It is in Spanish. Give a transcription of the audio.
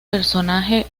personaje